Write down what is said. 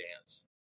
dance